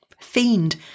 Fiend